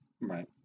Right